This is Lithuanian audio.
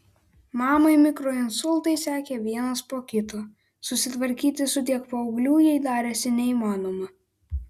mamai mikroinsultai sekė vienas po kito susitvarkyti su tiek paauglių jai darėsi neįmanoma